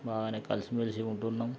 బాగానే కలిసిమెలిసి ఉంటున్నాం